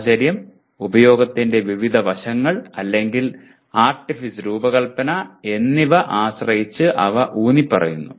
സാഹചര്യം ഉപയോഗത്തിന്റെ വിവിധ വശങ്ങൾ അല്ലെങ്കിൽ ആർട്ടിഫിസ് രൂപകൽപ്പന എന്നിവയെ ആശ്രയിച്ച് അവ ഊന്നിപ്പറയുന്നു